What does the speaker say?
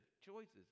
choices